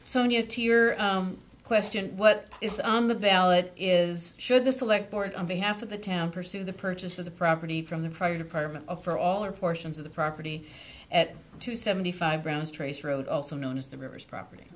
to question what is on the ballot is should the select board on behalf of the town pursue the purchase of the property from the fire department for all or portions of the property at seventy five rounds trace road also known as the rivers property